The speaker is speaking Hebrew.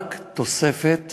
רק תוספת